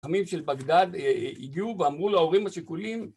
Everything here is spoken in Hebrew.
עמים של בגדד הגיעו ואמרו להורים השכולים